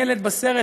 הילד בסרט,